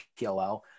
PLL